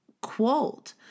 quote